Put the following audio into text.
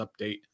update